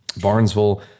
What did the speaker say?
Barnesville